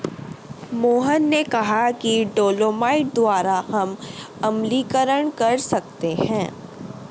मोहन ने कहा कि डोलोमाइट द्वारा हम अम्लीकरण कर सकते हैं